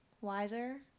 wiser